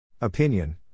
Opinion